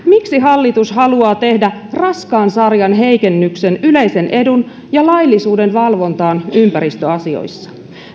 miksi hallitus haluaa tehdä raskaan sarjan heikennyksen yleisen edun ja laillisuuden valvontaan ympäristöasioissa